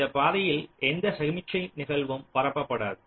இந்தப் பாதையில் எந்த சமிக்ஞை நிகழ்வும் பரப்பபடாது